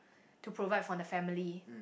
to provide for the family